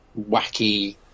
wacky